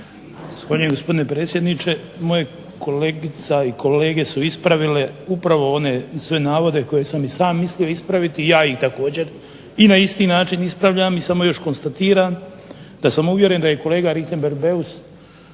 Zahvaljujem gospodine predsjedniče. Moja kolegica i kolege su ispravile upravo one sve navode koje sam i sam mislio ispraviti. I ja ih također i na isti način ispravljam i samo još konstatiram da sam uvjeren da i kolega Richembergh Beus